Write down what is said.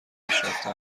پیشرفته